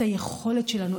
את היכולת שלנו,